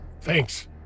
Thanks